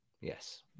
yes